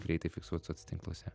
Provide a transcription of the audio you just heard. greitai fiksuot soc tinkluose